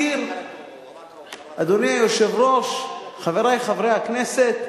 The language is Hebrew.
אדוני היושב-ראש, חברי חברי הכנסת,